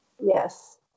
Yes